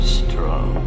strong